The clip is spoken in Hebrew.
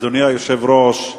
אדוני היושב-ראש,